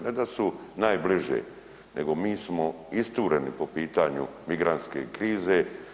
Ne da su najbliže, nego mi smo istureni po pitanju migrantske krize.